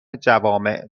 جوامع